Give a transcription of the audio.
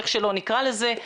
איך שלא נקרא לזה,